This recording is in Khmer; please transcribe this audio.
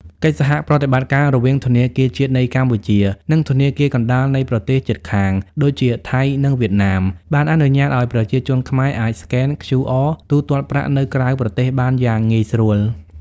កិច្ចសហប្រតិបត្តិការរវាងធនាគារជាតិនៃកម្ពុជា និងធនាគារកណ្ដាលនៃប្រទេសជិតខាង (ដូចជាថៃ និងវៀតណាម) បានអនុញ្ញាតឱ្យប្រជាជនខ្មែរអាចស្កែន QR ទូទាត់ប្រាក់នៅក្រៅប្រទេសបានយ៉ាងងាយស្រួល។